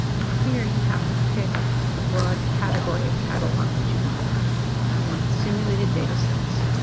from here, you have to pick the broad category of catalog that you want we want simulated data sets.